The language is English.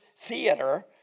Theater